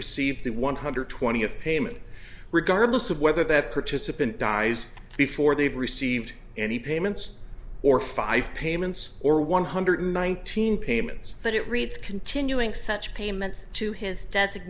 received the one hundred twenty of payment regardless of whether that participant dies before they've received any payments or five payments or one hundred nineteen payments but it reads continuing such payments to his d